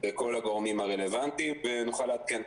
וכל הגורמים הרלבנטיים ונוכל לעדכן.